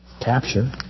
capture